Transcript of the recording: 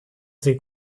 ses